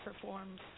performs